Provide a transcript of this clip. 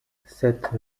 cette